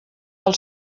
del